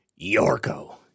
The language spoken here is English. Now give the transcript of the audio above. Yorko